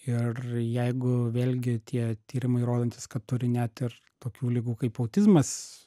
ir jeigu vėlgi tie tyrimai rodantys kad turi net ir tokių ligų kaip autizmas